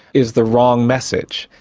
is the wrong message.